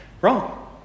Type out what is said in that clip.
Wrong